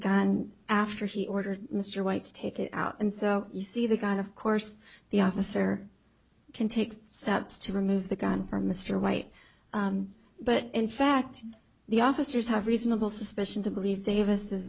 guy after he ordered mr white's take it out and so you see they got of course the officer can take steps to remove the gun from mr white but in fact the officers have reasonable suspicion to believe davis is